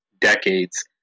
decades